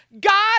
God